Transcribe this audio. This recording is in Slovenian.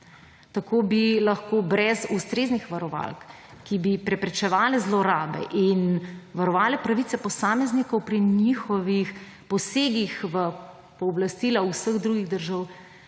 Tako bi lahko brez ustreznih varovalk, ki bi preprečevale zlorabe in varovale pravice posameznikov pri njihovih posegih, presegli pooblastila vseh drugih državnih